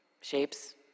Shapes